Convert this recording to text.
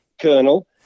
colonel